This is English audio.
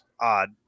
odd